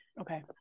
Okay